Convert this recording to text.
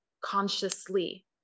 consciously